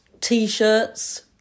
t-shirts